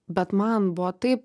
bet man buvo taip